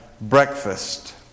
breakfast